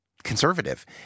Conservative